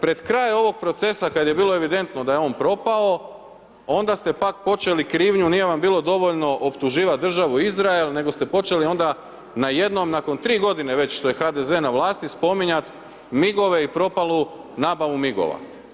Pred kraj ovog procesa kada je bilo evidentno da je on propao onda ste pak počeli krivnju, nije vam bilo dovoljno optuživati Državu Izrael, nego ste počeli onda najednom nakon 3 godine već što je HDZ-e na vlasti spominjati MIG-ove i propalu nabavu MIG-ova.